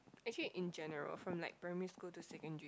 actually in general from like primary school to secondary